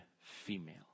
female